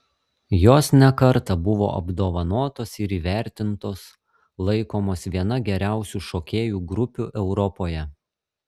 jos ne kartą buvo apdovanotos ir įvertintos laikomos viena geriausių šokėjų grupių europoje